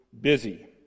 busy